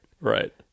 right